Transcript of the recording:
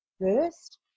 first